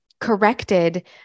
corrected